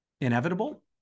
inevitable